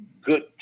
good